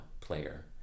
player